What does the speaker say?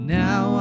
now